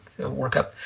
workup